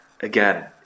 again